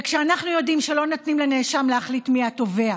וכשאנחנו יודעים שלא נותנים לנאשם להחליט מי התובע,